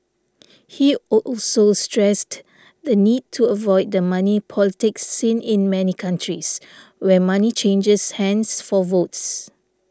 he also stressed the need to avoid the money politics seen in many countries where money changes hands for votes